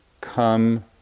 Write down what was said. come